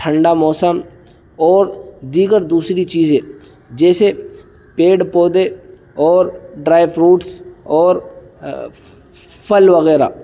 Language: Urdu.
ٹھنڈا موسم اور دیگر دوسری چیزیں جیسے پیڑ پودے اور ڈرائی فروٹس اور پھل وغیرہ